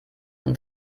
und